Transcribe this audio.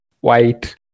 white